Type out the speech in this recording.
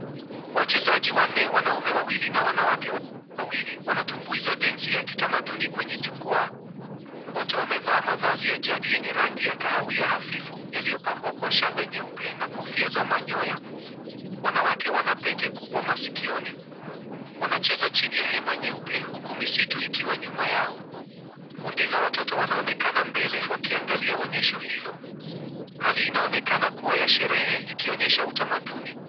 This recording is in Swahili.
Wachezaji wanne, wanaume wawili na wanawake wawili wanatumbuiza densi ya kitamaduni kwenye jukwaa. Wote wamevaa mavazi ya jadi yenye rangi ya kahawia hafifu yaliyopambwa kwa shanga nyeupe na kofia za manyoya. Wanawake wana pete kubwa masikioni. Wanacheza chini ya hema nyeupe huku misitu ikiwa nyuma yao. Kundi la watoto wanaonekana mbele wakiangalia onyesho hilo. Hali inaonekana kuwa ya sherehe ikionyesha utamaduni.